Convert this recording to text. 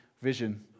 vision